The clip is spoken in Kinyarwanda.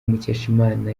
mukeshimana